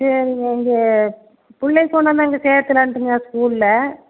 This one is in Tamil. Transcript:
சரிங்க வந்து பிள்ளைய கொண்டாந்து அங்கே சேர்க்கலான்ட்டுங்க ஸ்கூலில்